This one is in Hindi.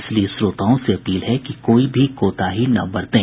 इसलिए श्रोताओं से अपील है कि कोई भी कोताही न बरतें